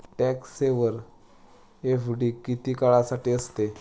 Tax saver FD किती काळासाठी असते?